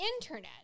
internet